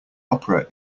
opera